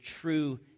true